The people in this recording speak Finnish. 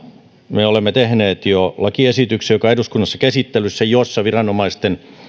me olemme jo tehneet lakiesityksen joka on eduskunnassa käsittelyssä ja jossa viranomaisten